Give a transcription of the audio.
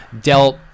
dealt